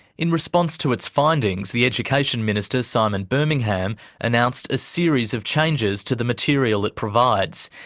in response to its findings, the education minister simon birmingham announced a series of changes to the material it provides,